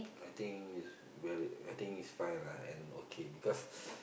I think it's very I think it's fine lah and okay because